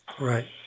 Right